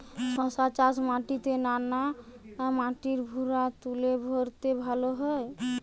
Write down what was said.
শশা চাষ মাটিতে না মাটির ভুরাতুলে ভেরাতে ভালো হয়?